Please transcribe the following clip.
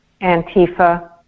Antifa